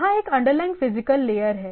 वहाँ एक underlying physical layer है